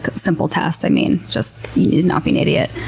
simple test. i mean just you need to not be an idiot.